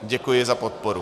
Děkuji za podporu.